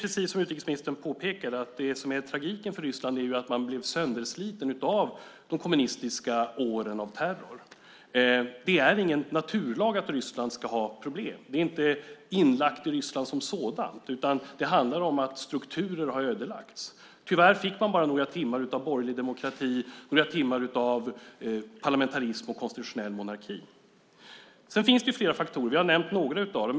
Precis som utrikesministern påpekade är tragiken för Ryssland att man blev sönderslitet av de kommunistiska åren av terror. Det är ingen naturlag att Ryssland ska ha problem. Det är inte inlagt i Ryssland som sådant, utan det handlar om att strukturer har ödelagts. Tyvärr fick man bara några timmar av borgerlig demokrati, några timmar av parlamentarism och konstitutionell monarki. Sedan finns det flera faktorer, och vi har nämnt några av dem.